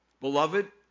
Beloved